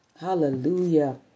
Hallelujah